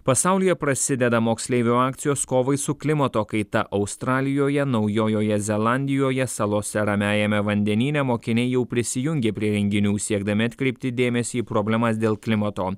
pasaulyje prasideda moksleivių akcijos kovai su klimato kaita australijoje naujojoje zelandijoje salose ramiajame vandenyne mokiniai jau prisijungė prie renginių siekdami atkreipti dėmesį į problemas dėl klimato